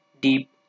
deep